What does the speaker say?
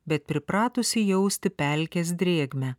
bet pripratusi jausti pelkės drėgmę